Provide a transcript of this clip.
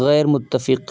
غیر متفق